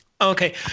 Okay